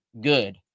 good